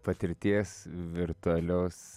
patirties virtualios